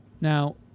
Now